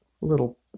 little